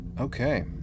Okay